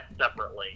separately